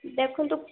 ଦେଖନ୍ତୁ